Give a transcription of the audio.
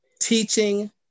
teaching